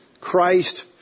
Christ